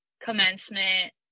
commencement